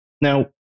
Now